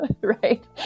Right